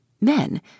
Men